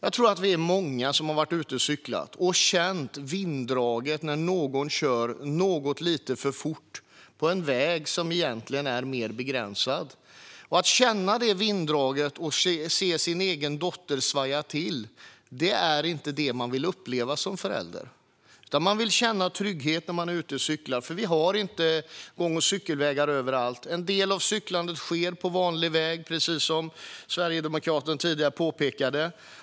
Vi är nog många som cyklat och känt vinddraget när en bilist kör lite för fort på en väg med mer begränsad framkomlighet. Att känna det vinddraget och se sin egen dotter svaja till vill man som förälder inte uppleva. Man vill ju känna trygghet när man är ute och cyklar. Det finns inte gång och cykelvägar överallt. En del av cyklandet sker på vanlig väg, precis som sverigedemokraten tidigare påpekade.